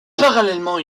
parallèlement